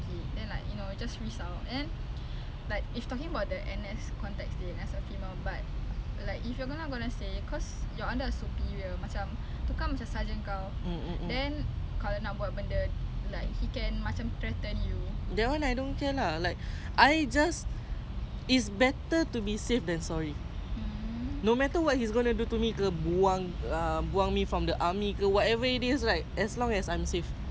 that [one] I don't care lah like I just it's better to be safe than sorry no matter what he's gonna do to me ke buang uh me from the army or whatever it is right as long as I'm safe because I can just make a report sue him let him know what he have he has done lah and dia pangkat sergeant and is a very high rank already for for like the sergeant punya rank lah so if he if he if once the big boss already know about what the